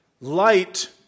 Light